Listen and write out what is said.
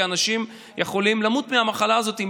כי אנשים יכולים למות מהמחלה הזאת אם